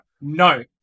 No